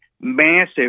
massive